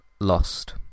lost